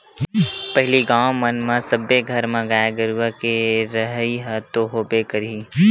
पहिली गाँव मन म सब्बे घर म गाय गरुवा के रहइ ह तो होबे करही